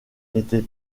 n’était